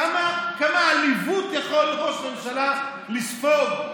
כמה עליבות יכול ראש ממשלה לספוג.